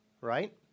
right